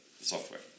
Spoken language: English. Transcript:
software